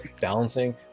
balancing